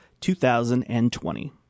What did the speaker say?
2020